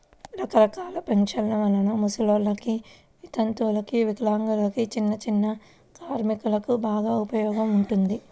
రకరకాల పెన్షన్ల వలన ముసలోల్లకి, వితంతువులకు, వికలాంగులకు, చిన్నచిన్న కార్మికులకు బాగా ఉపయోగం ఉంటుంది